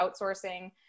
outsourcing